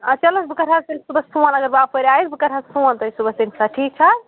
آ چلو حظ بہٕ کَرٕحظ تیٚلہِ صُبَحس فون اگر بہٕ اَپٲرۍ آیَس بہٕ کَرٕ حظ فون تۄہہِ صُبَحس تَمہِ ساتہٕ ٹھیٖک چھا